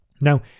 Now